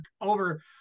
over